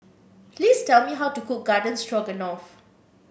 please tell me how to cook Garden Stroganoff